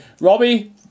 Robbie